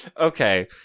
okay